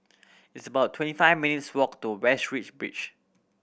it's about twenty five minutes' walk to Westridge beach